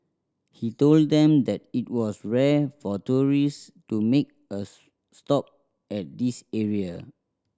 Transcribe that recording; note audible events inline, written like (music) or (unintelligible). he told them that it was rare for tourists to make a (unintelligible) stop at this area